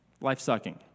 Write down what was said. life-sucking